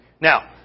Now